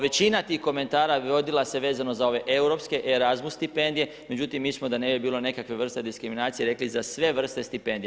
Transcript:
Većina tih komentara vodila se vezano za ove europske e-rasmus stipendije, međutim mi smo da ne bi bilo nekakve vrste diskriminacije rekli za sve vrste stipendija.